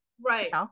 right